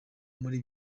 muri